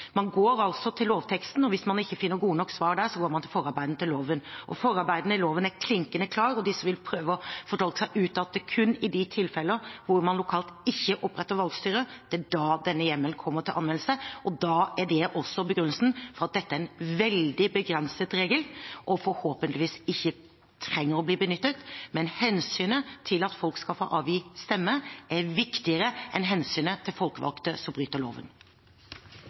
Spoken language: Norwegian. Man går til lovteksten, og hvis man ikke finner gode nok svar der, går man til forarbeidene til loven. Forarbeidene til loven er klinkende klare, og de som vil, kan prøve å fortolke seg ut av at det kun er i de tilfeller hvor man lokalt ikke oppretter valgstyre, at denne hjemmelen kommer til anvendelse. Det er også begrunnelsen for at dette er en veldig begrenset regel, som forhåpentligvis ikke trenger å bli benyttet. Men hensynet til at folk skal få avgi stemme, er viktigere enn hensynet til folkevalgte som bryter loven.